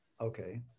Okay